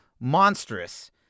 monstrous